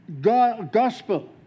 gospel